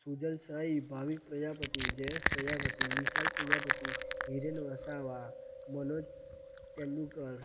Sujal Sahib Bhavik Prajapati Jayesh Prajapati Vishal Prajapati Viren Vasava Manoj Tendulkar